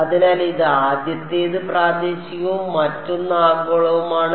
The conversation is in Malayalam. അതിനാൽ ഇത് ആദ്യത്തേത് പ്രാദേശികവും മറ്റൊന്ന് ആഗോളവുമാണ്